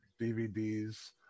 dvds